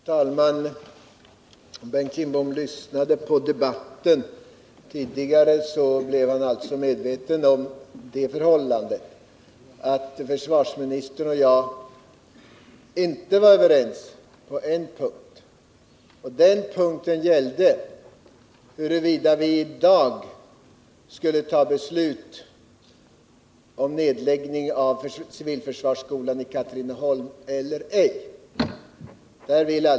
Herr talman! Om Bengt Kindbom lyssnade på debatten tidigare, blev han medveten om det förhållandet att försvarsministern och jag inte var överens på en punkt. Denna punkt gällde huruvida vi i dag skulle fatta beslut om nedläggning av civilförsvarsskolan i Katrineholm eller ej.